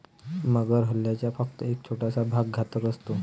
मगर हल्ल्याचा फक्त एक छोटासा भाग घातक असतो